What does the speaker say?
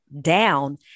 down